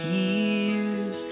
years